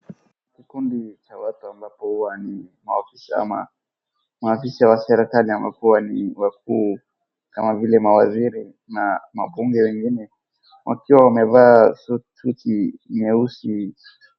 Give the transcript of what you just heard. Kundi cha watu ambapo huwa ni maafisa ama maafisa wa serikali ambapo ni wakuu kama vile mawaziri na mabunge wengine wakiwa wamevaa suti nyeusi.